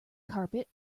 carpet